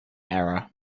error